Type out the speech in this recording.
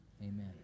amen